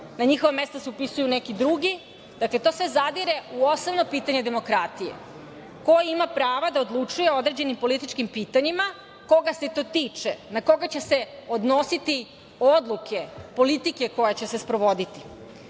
Na njihova mesta se upisuju neki drugi. Dakle, to sve zadire u osnovno pitanje demokratije, ko ima prava da odlučuje o određenim političkim pitanjima, koga se to tiče, na koga će se odnositi odluke politike koja će se